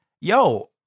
Yo